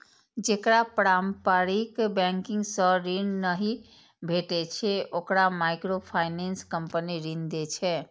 जेकरा पारंपरिक बैंकिंग सं ऋण नहि भेटै छै, ओकरा माइक्रोफाइनेंस कंपनी ऋण दै छै